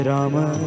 Rama